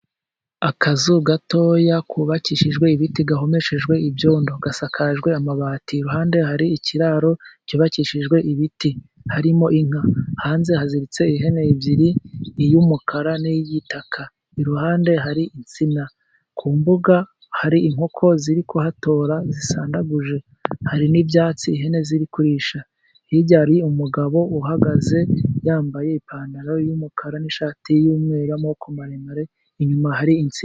Akazu gatoya kubakishijwe ibiti gahomeshejwe ibyondo gasakajwe amabati, iruhande hari ikiraro cyubakishijwe ibiti harimo inka, hanze haziritse ihene ebyiri iy'umukara n'iyigitaka iruhande hari insina, ku mbuga hari inkoko ziri ziri kuhatora zisandaguje hari n'ibyatsi ihene ziri kurisha. Hirya hari umugabo uhagaze yambaye ipantaro y'umukara n'ishati y'umweru, y'amaboko maremare inyuma hari insina.